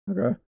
Okay